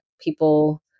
people